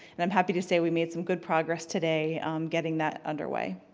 and i'm happy to say we made some good progress today getting that underway.